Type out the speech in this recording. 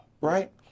right